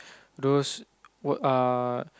those what uh